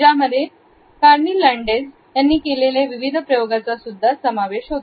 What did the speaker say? ज्यामध्ये कारणी लांडेस यांनी केलेल्या विविध प्रयोगांचा सुद्धा समावेश होता